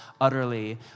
utterly